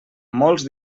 molts